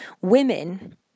women